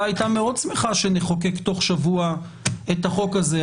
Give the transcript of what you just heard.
הייתה מאוד שמחה שנחוקק תוך שבוע את החוק הזה.